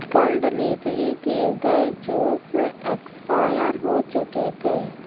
کل ڈلیوری کیے گئے جوس ایکسپائر ہو چکے تھے